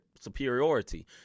superiority